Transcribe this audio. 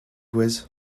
quiz